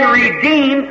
redeem